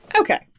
Okay